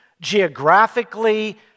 geographically